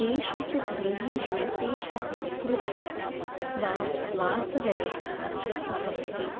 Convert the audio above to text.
केषुचित् गृहेषु तेषां पृथक् वा वासव्यवस्था च भवति